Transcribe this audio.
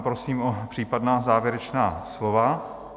Prosím o případná závěrečná slova.